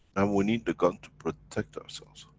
and we need the gun to protect ourselves.